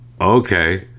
okay